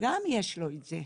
גם יש לו את זה.